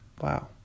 Wow